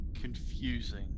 confusing